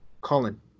Colin